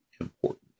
important